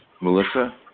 Melissa